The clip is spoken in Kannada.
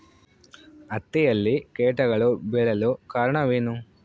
ಹತ್ತಿಯಲ್ಲಿ ಕೇಟಗಳು ಬೇಳಲು ಕಾರಣವೇನು?